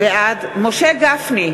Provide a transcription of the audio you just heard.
בעד משה גפני,